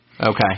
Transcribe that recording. Okay